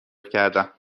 کردم